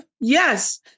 Yes